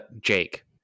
Jake